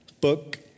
book